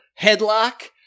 headlock